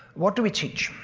what do we teach?